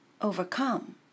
Overcome